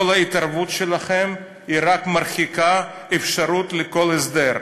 כל התערבות שלכם רק מרחיקה אפשרות לכל הסדר.